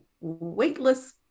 weightless